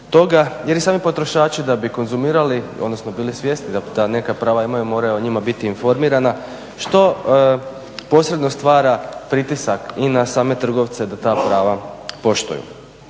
jer i sami potrošači da bi konzumirali, odnosno bili svjesni da ta neka prava imaju, moraju o njima biti informirana što posredno stvara pritisak i na same trgovce da ta prava poštuju.